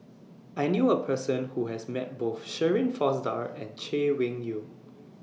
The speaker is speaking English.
I knew A Person Who has Met Both Shirin Fozdar and Chay Weng Yew